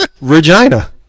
Regina